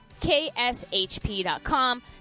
kshp.com